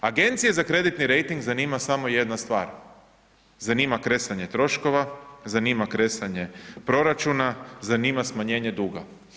Agencije za kreditni rejting zanima samo jedna stvar, zanima kresanje troškova, zanima kresanje proračuna, zanima smanjenje duga.